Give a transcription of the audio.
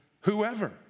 whoever